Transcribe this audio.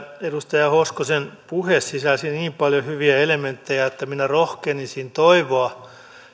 edustaja hoskosen puhe sisälsi niin paljon hyviä elementtejä että minä rohkenisin toivoa